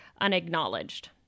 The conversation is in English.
unacknowledged